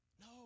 no